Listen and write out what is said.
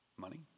Money